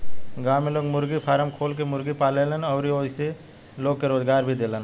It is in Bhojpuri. गांव में लोग मुर्गी फारम खोल के मुर्गी पालेलन अउरी ओइसे लोग के रोजगार भी देलन